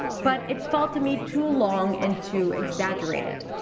but it felt to me too long and too exaggerated.